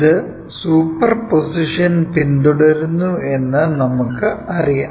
ഇത് superposition പിന്തുടരുന്നുവെന്ന് നമുക്കറിയാം